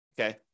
Okay